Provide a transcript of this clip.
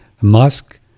Musk